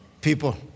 people